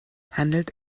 handelt